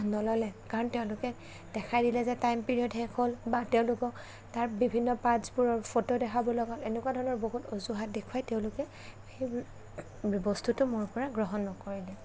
নল'লে কাৰণ তেওঁলোকে দেখাই দিলে যে টাইম পিৰিয়ৰ্ড শেষ হ'ল বা তেওঁলোকৰ তাত বিভিন্ন পাৰ্টছবোৰৰ ফটো দেখাবলগা হ'ল এনেকুৱা ধৰণৰ বহুত অজুহাত দেখুওৱাই তেওঁলোকে সেইবোৰ বস্তুটো মোৰপৰা গ্ৰহণ নকৰিলে